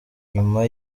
nyuma